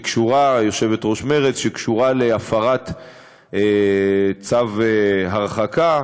יושבת-ראש מרצ, שקשורה להפרת צו הרחקה.